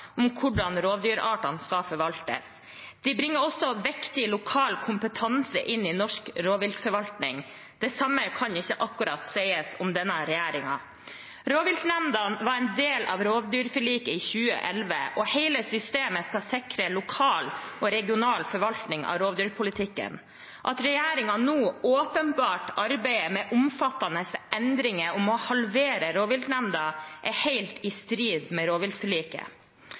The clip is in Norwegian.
om hvordan rovdyrartene skal forvaltes. De bringer også viktig lokal kompetanse inn i norsk rovdyrforvaltning. Det samme kan ikke akkurat sies om denne regjeringen. Rovviltnemndene var en del av rovdyrforliket i 2011, og hele systemet skal sikre lokal og regional forvaltning av rovdyrpolitikken. At regjeringen nå åpenbarbart arbeider med omfattende endringer og må halvere rovviltnemndene, er helt i strid med rovviltforliket.